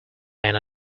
man